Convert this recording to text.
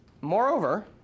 Moreover